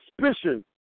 suspicion